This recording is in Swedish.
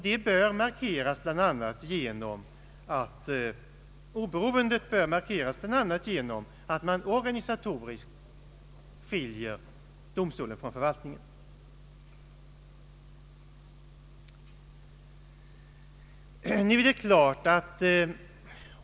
Domstolens oberoende ställning bör markeras bl.a. genom att man organisatoriskt skiljer den från = förvaltningen.